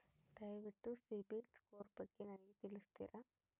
ದಯವಿಟ್ಟು ಸಿಬಿಲ್ ಸ್ಕೋರ್ ಬಗ್ಗೆ ನನಗೆ ತಿಳಿಸ್ತೀರಾ?